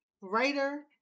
writer